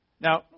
Now